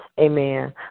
Amen